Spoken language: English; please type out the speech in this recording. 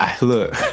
look